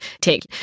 take